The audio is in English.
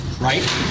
Right